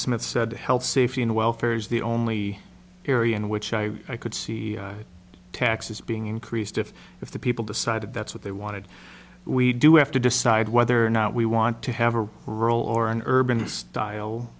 smith said health safety and welfare is the only area in which i could see taxes being increased if if the people decided that's what they wanted we do have to decide whether or not we want to have a rural or an urban style